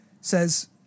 says